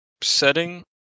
setting